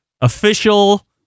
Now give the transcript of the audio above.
official